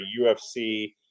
ufc